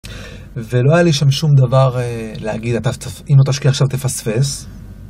ולא היה לי שם שום דבר להגיד, אם לא תשקיע עכשיו תפספס